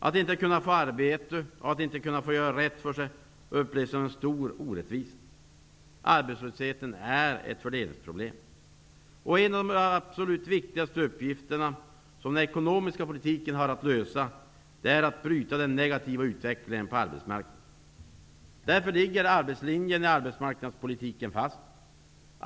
Att inte kunna få arbete och att inte få möjlighet att göra rätt för sig upplevs som en stor orättvisa. Arbetslösheten är ett fördelningsproblem. En av de absolut viktigste uppgifterna, som den ekonomiska politiken har att lösa, är att bryta den negativa utvecklingen på arbetsmarknaden. Därför ligger arbetslinjen i arbetsmarknadspolitiken fast.